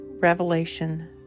Revelation